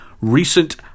recent